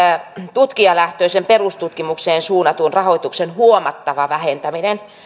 tutkijalähtöiseen perustutkimukseen suunnatun rahoituksen huomattava vähentäminen